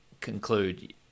conclude